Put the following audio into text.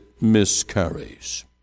miscarries